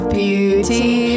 beauty